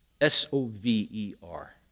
S-O-V-E-R